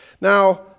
Now